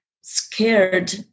scared